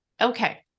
okay